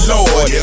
Lord